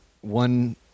one